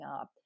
up